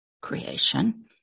creation